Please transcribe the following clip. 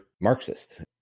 Marxist